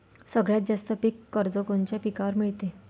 सगळ्यात जास्त पीक कर्ज कोनच्या पिकावर मिळते?